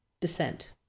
Descent